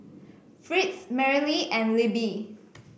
Fritz Merrily and Libby